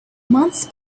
months